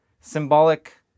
symbolic